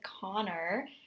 Connor